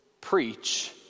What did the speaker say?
Preach